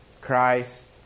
Christ